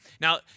Now